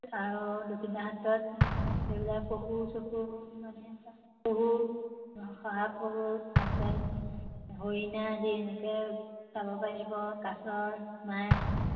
আৰু দক্ষিণপাত সত্ৰত এইবিলাক পশু চশু মানে চব পহু শহাপহু তাৰ পিছত হৰিণা আদি এনেকৈ চাব পাৰিব কাছ মাছ